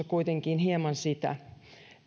kuitenkin hieman sitä